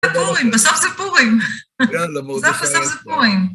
בסוף זה פורים! בסוף, בסוף זה פורים!